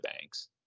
banks